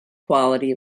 quality